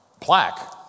plaque